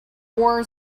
war